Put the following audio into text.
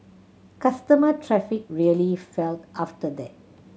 customer traffic really fell after that